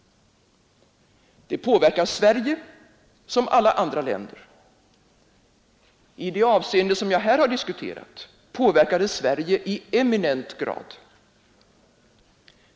Det påverkar Sverige som alla andra länder. I det avseende som jag här har diskuterat påverkar det Sverige i eminent grad.